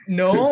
no